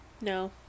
No